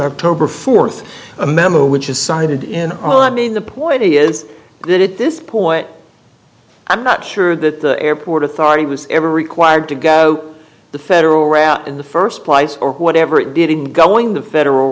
our tobar fourth a memo which is cited in all i mean the point is good at this point i'm not sure that the airport authority was ever required to go the federal route in the first place or whatever it did in going the federal